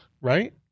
right